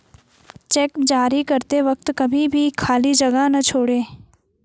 check जारी करते वक्त कभी भी खाली जगह न छोड़ें